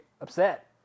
upset